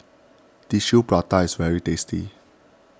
Tissue Prata is very tasty